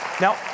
Now